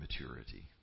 maturity